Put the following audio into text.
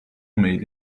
mail